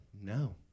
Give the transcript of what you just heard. no